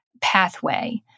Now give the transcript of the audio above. pathway